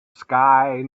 sky